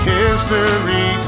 history